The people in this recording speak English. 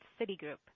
Citigroup